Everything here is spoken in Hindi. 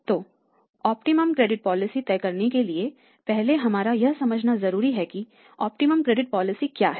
तो इष्टतम क्रेडिट पॉलिसी तय करने के लिए पहले हमारा यह समझना जरूरी है कि इष्टतम क्रेडिट पॉलिसी क्या है